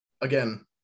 again